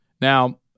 Now